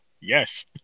yes